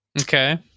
Okay